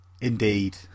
Indeed